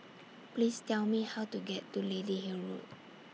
Please Tell Me How to get to Lady Hill Road